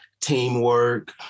teamwork